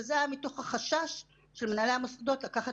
וזה היה מתוך החשש של מנהלי המוסדות לקחת